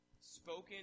spoken